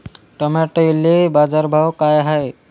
टमाट्याले बाजारभाव काय हाय?